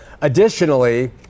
Additionally